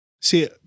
See